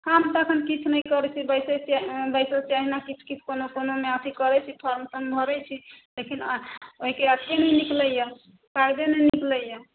हम तऽ एखन किछु नहि करै छिए बैसे छिए बैसल छिए एहिना किछु किछु कोनो कोनोमे अथी करै छी फॉर्म तोर्म भरै छी लेकिन ओहिके अथी नहि निकलैए फार्मे नहि निकलैए